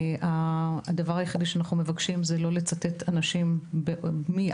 כאשר הדבר היחיד שאנחנו מבקשים זה לא לצטט אנשים ולא